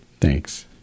thanks